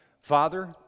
Father